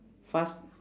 fast